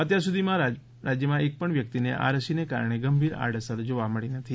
અત્યાર સુધી રાજ્યમાં એક પણ વ્યક્તિને આ રસીના કારણે ગંભીર આડઅસર જોવા મળી નથી